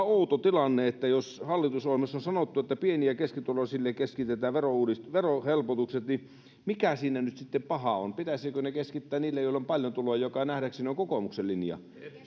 outo tilanne että jos hallitusohjelmassa on sanottu että pieni ja keskituloisille keskitetään verohelpotukset mikä siinä nyt sitten pahaa on pitäisikö ne keskittää niille joilla on paljon tuloa mikä nähdäkseni on kokoomuksen linja